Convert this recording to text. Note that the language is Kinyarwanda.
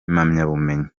impamyabumenyi